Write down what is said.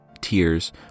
Tears